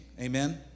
Amen